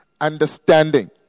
understanding